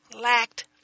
lacked